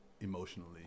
emotionally